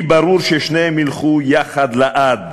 לי ברור ששניהם ילכו יחד לעד